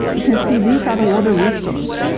you can see these are the water resource.